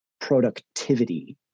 productivity